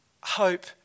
hope